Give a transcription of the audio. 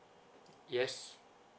yes